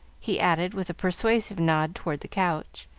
he added, with a persuasive nod toward the couch,